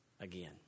again